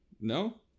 No